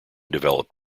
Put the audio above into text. developed